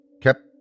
kept